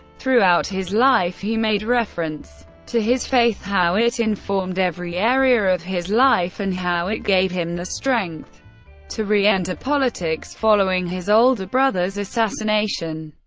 throughout his life, he made reference to his faith, how it informed every area of his life, and how it gave him the strength to re-enter politics following his older brother's assassination.